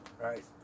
right